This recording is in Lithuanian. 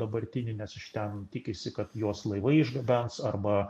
dabartinį nes iš ten tikisi kad juos laivai išgabens arba